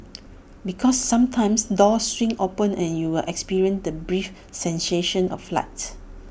because sometimes doors swing open and you'll experience the brief sensation of flight